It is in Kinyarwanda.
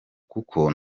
kuko